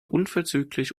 unverzüglich